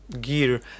gear